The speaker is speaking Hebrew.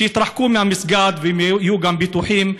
שיתרחקו מהמסגד וגם הם יהיו בטוחים,